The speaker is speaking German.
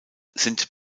sind